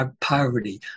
poverty